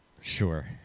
sure